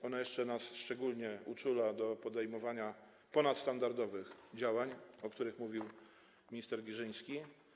Ona nas jeszcze szczególnie uczula na podejmowanie ponadstandardowych działań, o których mówił minister Giżyński.